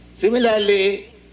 Similarly